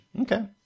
Okay